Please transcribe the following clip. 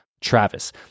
Travis